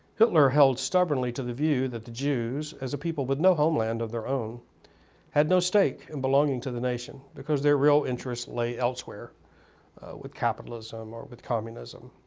hitler held stubbornly to the view that the jews as a people with but no homeland of their own had no stake in belonging to the nation because their real interests lay elsewhere with capitalism or with communism.